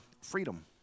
freedom